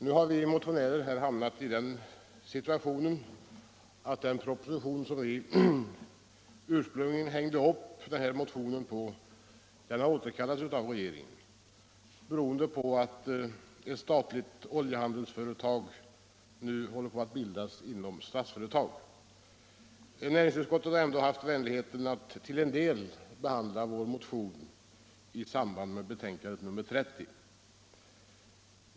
Nu har vi motionärer hamnat i den situationen att den proposition som vi ursprungligen hängde upp vår motion på har återkallats av regeringen, beroende på att ett statligt oljehandelsföretag nu håller på att bildas inom Statsföretag AB. Men näringsutskottet har ändå haft vänligheten att till en del behandla vår motion i samband med utskottets betänkande nr 30.